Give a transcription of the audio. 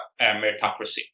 meritocracy